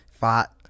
fought